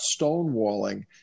stonewalling